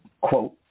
quote